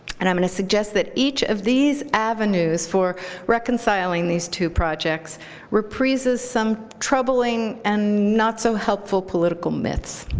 and i'm going to suggest that each of these avenues for reconciling these two projects reprises some troubling and not so helpful political myths.